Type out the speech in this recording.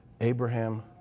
Abraham